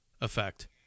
effect